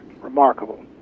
remarkable